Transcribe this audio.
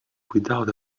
without